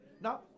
Now